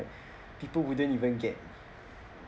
people wouldn't even get